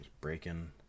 breaking